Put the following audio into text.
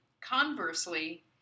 conversely